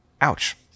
Ouch